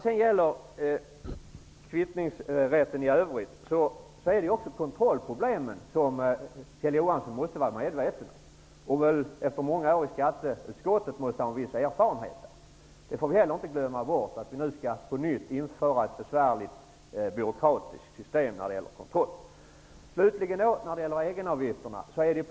Kjell Johansson måste vara medveten om problemen att kontrollera kvittningsrätten. Efter många år i skatteutskottet måste han ha en viss erfarenhet av det. Vi får inte heller glömma bort att vi på nytt skall införa ett besvärligt byråkratiskt system för kontroll. Så till egenavgifterna.